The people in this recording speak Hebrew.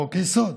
חוק-יסוד,